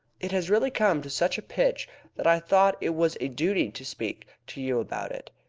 it has really come to such a pitch that i thought it was a duty to speak to you about it.